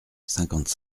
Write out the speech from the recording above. cinquante